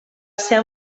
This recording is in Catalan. ser